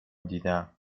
دیدم